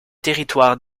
territoire